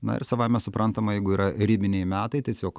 na ir savaime suprantama jeigu yra ribiniai metai tiesiog